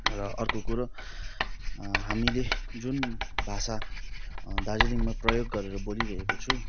र अर्को कुरो हामीले जुन भाषा दार्जिलिङमा प्रयोग गरेर बोलिरहेको छौँ